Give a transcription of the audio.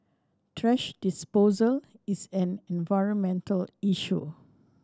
thrash disposal is an environmental issue